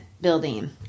building